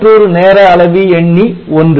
மற்றொரு நேர அளவி எண்ணி 1